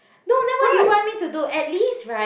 no then what do you want me to do at least right